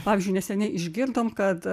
pavyzdžiui neseniai išgirdom kad